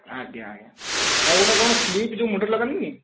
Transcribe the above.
ଆଜ୍ଞା ଆଜ୍ଞା ଆଉ ଗୋଟେ କ'ଣ କ୍ଲିପ ଯୋଉ ମୁଣ୍ଡରେ ଲଗାନ୍ତିନି